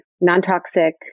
non-toxic